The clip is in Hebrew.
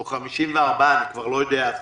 או 54, אני כבר לא יודע.